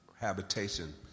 habitation